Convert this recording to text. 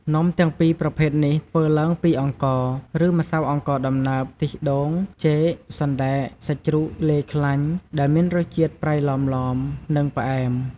នំទាំងពីរប្រភេទនេះធ្វើឡើងពីអង្ករ ឬ ម្សៅអង្ករដំណើប ខ្ទិះដូង ចេក សណ្ដែក សាច់ជ្រូកលាយខ្លាញ់ ដែលមានរសជាតិ ប្រៃឡមៗ និងផ្អែម។